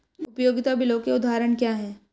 उपयोगिता बिलों के उदाहरण क्या हैं?